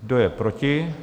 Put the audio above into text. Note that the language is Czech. Kdo je proti?